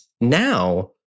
now